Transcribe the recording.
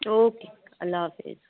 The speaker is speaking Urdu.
اوکے اللہ حافظ